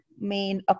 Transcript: main